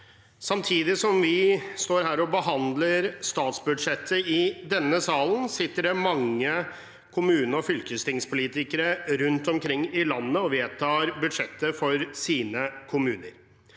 Samtidig som vi står her og behandler statsbudsjettet i denne salen, sitter det mange kommune- og fylkestingspolitikere rundt omkring i landet og vedtar budsjettet for sine kommuner.